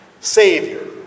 Savior